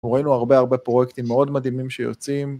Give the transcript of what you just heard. ראינו הרבה הרבה פרויקטים מאוד מדהימים שיוצאים.